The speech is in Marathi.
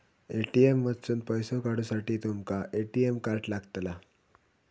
ए.टी.एम मधसून पैसो काढूसाठी तुमका ए.टी.एम कार्ड लागतला